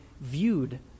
viewed